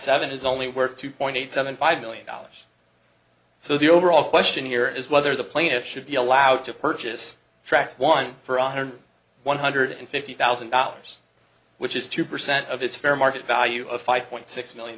seven is only worth two point eight seven five million dollars so the overall question here is whether the plaintiffs should be allowed to purchase track one for one hundred one hundred fifty thousand dollars which is two percent of its fair market value of five point six million